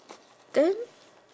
then